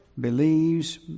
believes